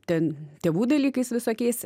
ten tėvų dalykais visokiais